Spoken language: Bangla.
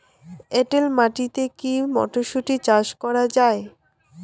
এটেল মাটিতে কী মটরশুটি চাষ করা য়ায়?